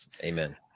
Amen